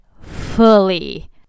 fully